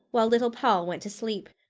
while little poll went to sleep.